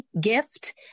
gift